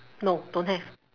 no don't have